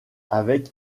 avec